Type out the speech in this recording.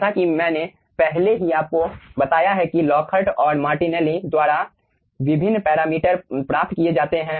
जैसा कि मैंने पहले ही आपको बताया है कि लॉकहार्ट और मार्टिनेली द्वारा विभिन्न पैरामीटर प्राप्त किए जाते हैं